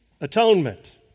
Atonement